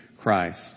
Christ